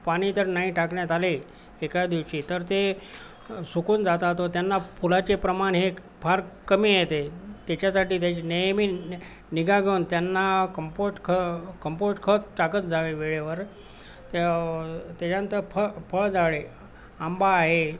पाणी जर नाही टाकण्यात आले एका दिवशी तर ते सुकून जातात त्यांना फुलाचे प्रमाण हे फार कमी येते त्याच्यासाठी त्याची नेहमी नि निगा घेऊन त्यांना कंपोस्ट खत कंपोस्ट खत टाकत जावे वेळेवर त्या त्याच्यानंतर फ फळझाडे आंबा आहे